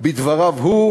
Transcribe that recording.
בדבריו הוא.